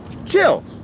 Chill